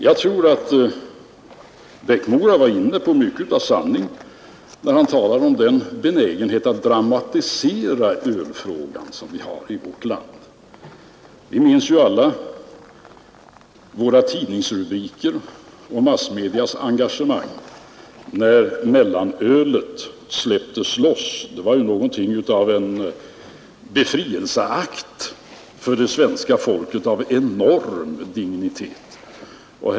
Jag tror att herr Eriksson i Bäckmora var inne på mycket av sanning, då han talade om den benägenhet att dramatisera ölfrågan som vi har i vårt land. Vi minns ju alla tidningsrubrikerna och massmedias engagemang, när mellanölet släpptes loss. Det var ju någonting av en befrielseakt för det svenska folket av enorm dignitet.